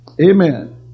Amen